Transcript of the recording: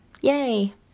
Yay